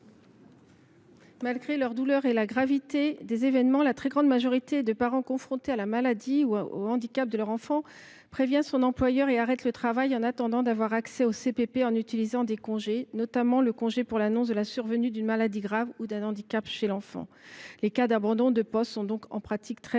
Malgré leur douleur et la gravité des événements, la très grande majorité des parents confrontés à la maladie ou au handicap de leur enfant préviennent leur employeur et arrêtent le travail en attendant d’avoir accès au CPP, en utilisant des congés, notamment le congé pour l’annonce du handicap ou de la maladie grave d’un enfant. Les cas d’abandon de poste sont donc, en pratique, très